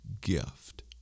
gift